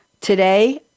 today